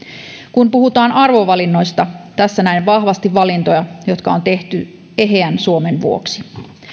kun puhutaan arvovalinnoista tässä näen vahvasti valintoja jotka on tehty eheän suomen vuoksi